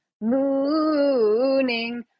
mooning